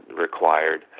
required